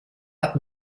hat